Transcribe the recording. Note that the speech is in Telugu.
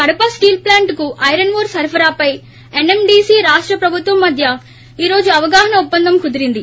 కడప స్లీల్ ప్లాంట్కు ఐరన్ ఓర్ సరఫరాపై ఎన్ఎండీసీ రాష్ట ప్రభుత్వం మధ్య ఈ రోజు అవగాహన ఒప్పదం కుదరింది